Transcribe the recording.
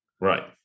Right